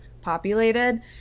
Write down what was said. populated